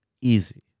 easy